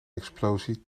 explosie